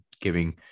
giving